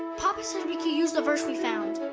papa said we can use the verse we found.